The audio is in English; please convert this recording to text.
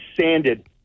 sanded